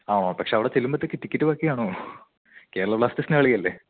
ആ ഓ പക്ഷേ അവിടെ ചെല്ലുമ്പത്തേക്ക് ടിക്കറ്റ് ബാക്കി കാണുമോ കേരളാ ബ്ലാസ്റ്റേഴ്സിൻ്റെ കളിയല്ലേ